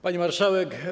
Pani Marszałek!